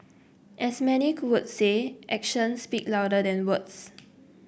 as many would say actions speak louder than words